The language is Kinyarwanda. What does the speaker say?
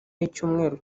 y’icyumweru